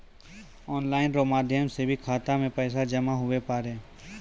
online रो माध्यम से भी खाता मे पैसा जमा हुवै पारै